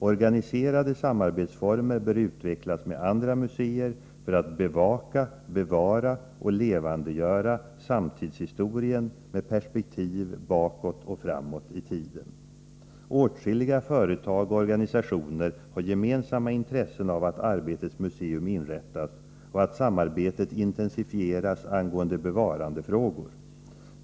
Organiserade samarbetsformer bör utvecklas med andra museer för att bevaka, bevara och levandegöra samtidshistorien med perspektiv bakåt och framåt i tiden. Åtskilliga företag och organisationer har gemensamma intressen av att ett Arbetets museum inrättas och att samarbetet intensifieras angående bevarandefrågor.